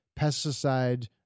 pesticide